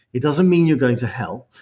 it doesn't mean you're going to help.